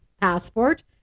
passport